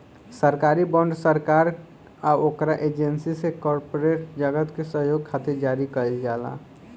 सरकारी बॉन्ड सरकार आ ओकरा एजेंसी से कॉरपोरेट जगत के सहयोग खातिर जारी कईल जाला